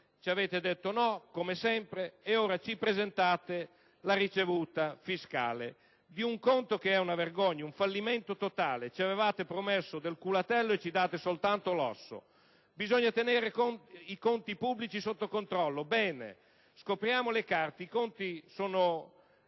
Ci avete detto di no come sempre ed ora ci presentate la ricevuta fiscale di un conto che è una vergogna, un fallimento totale. Ci avevate promesso del culatello e ci date soltanto l'osso! Bisogna tenere i conti pubblici sotto controllo. Bene. Scopriamo le carte: i conti sono